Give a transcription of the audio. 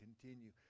continue